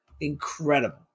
Incredible